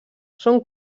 són